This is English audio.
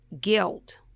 guilt